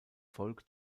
volk